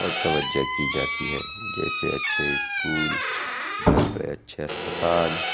اور توجہ کی جاتی ہے جیسے اچھے اسکول بڑے بڑے اچھے اسپتال